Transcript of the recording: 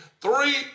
Three